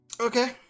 Okay